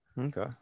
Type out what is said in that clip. Okay